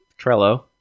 Trello